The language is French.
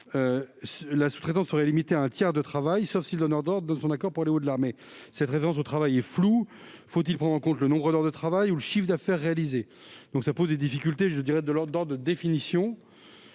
la sous-traitance serait limitée à un tiers du travail, sauf si le donneur d'ordre donne son accord pour aller au-delà, mais cette référence au travail est floue : faut-il prendre en compte le nombre d'heures de travail ou le chiffre d'affaires réalisé ? Cela pose un problème de définition.